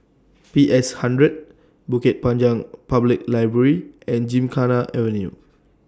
P S hundred Bukit Panjang Public Library and Gymkhana Avenue